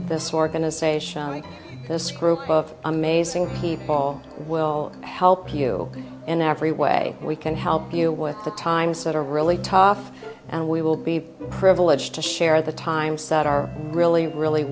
this organization me this group of amazing people will help you in every way we can help you with the times that are really tough and we will be privileged to share the times that are really really